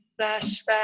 flashback